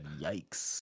Yikes